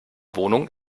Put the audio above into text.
wohnung